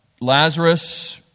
Lazarus